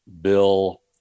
Bill